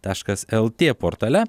taškas lt portale